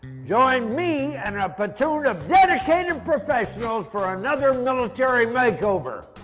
join me and a platoon of dedicated and professionals for another military makeover.